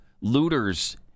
looters